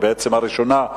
בעצם הראשונה,